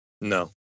No